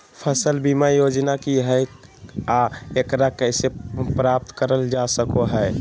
फसल बीमा योजना की हय आ एकरा कैसे प्राप्त करल जा सकों हय?